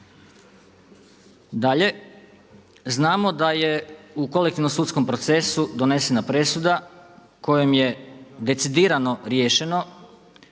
Dalje, znamo da je u kolektivnom sudskom procesu donesena presuda kojom je decidirano riješeno